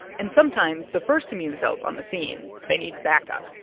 and sometimes, the first immune cells on the scene, they need backup.